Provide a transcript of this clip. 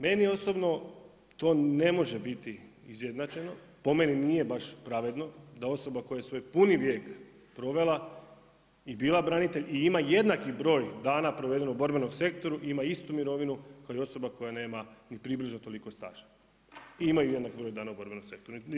Meni osobno to ne može biti izjednačeno, po meni nije baš pravedno, da osoba koja svoj puni vijek provela i bila branitelj i ima jednaki broj dana proveden u borbenom sektoru ima istu mirovinu, kao i osoba koja nema ni približno toliko staža i imaju jednak broj dana u borbenom sektoru.